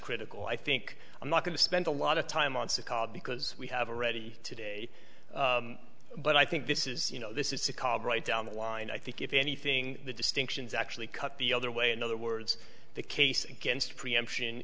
critical i think i'm not going to spend a lot of time on secada because we have already today but i think this is you know this is a cob right down the line i think if anything the distinctions actually cut the other way in other words the case against preemption